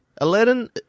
Aladdin